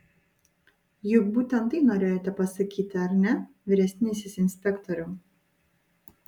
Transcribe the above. juk būtent tai norėjote pasakyti ar ne vyresnysis inspektoriau